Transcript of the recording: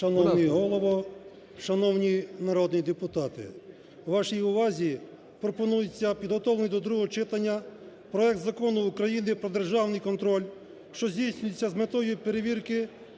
Шановний Голово, шановні народні депутати! Вашій увазі пропонується підготовлений до другого читання проект Закону України про державний контроль, що здійснюється з метою перевірки